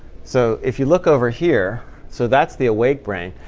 so if you look over here so that's the awake brain.